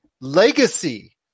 legacy